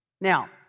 Now